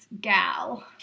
gal